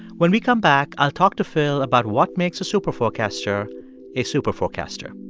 when we come back, i'll talk to phil about what makes a superforecaster a superforecaster.